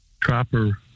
trapper